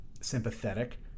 sympathetic